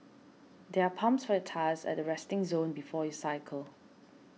there are pumps for your tyres at the resting zone before you cycle